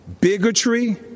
bigotry